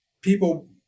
people